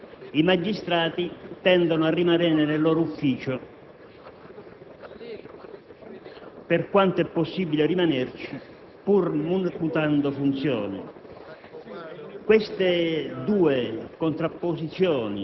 tendevano alla separazione delle carriere, i magistrati tendono a rimanere nel loro ufficio, per quanto è possibile rimanerci, pur mutando funzione.